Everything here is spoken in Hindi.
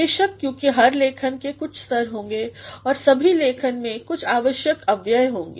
बेशक क्योंकि हर लेखन के कुछ स्तर होंगे और सभी लेखन में कुछ आवश्यक अवयव भी होंगे